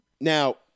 Now